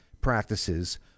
practices